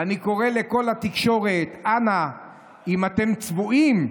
ואני קורא לכל התקשורת: אנא, אם אתם צבועים,